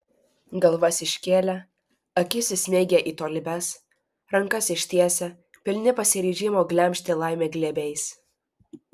galvas iškėlę akis įsmeigę į tolybes rankas ištiesę pilni pasiryžimo glemžti laimę glėbiais